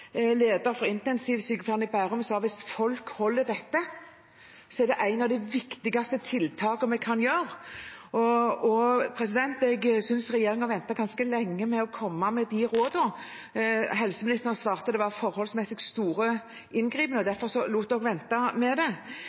for intensivsykepleierne i Bærum sa at hvis folk holder dette, er det et av de viktigste tiltakene vi kan gjøre. Jeg synes regjeringen ventet ganske lenge med å komme med de rådene. Helseministeren svarte at det var en forholdsmessig stor inngripen, og derfor ventet de med det.